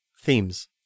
Themes